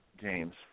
James